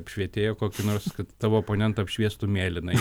apšvietėją kokį nors kad tavo oponentą apšviestų mėlynai